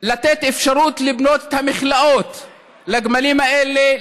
לתת אפשרות לבנות את המכלאות לגמלים האלה,